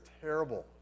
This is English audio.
terrible